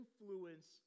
influence